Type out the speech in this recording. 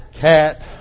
cat